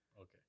okay